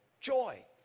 joy